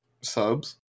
subs